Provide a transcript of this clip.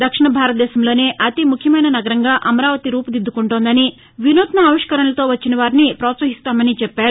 దక్షిణ భారతంలోనే అతి ముఖ్యమైన నగరంగా అమరావతి రూపుదిద్దుకుంటోందని వినూత్న ఆవిష్కరణలతో వచ్చేవారిని పోత్సహిస్తామని చెప్పారు